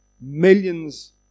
millions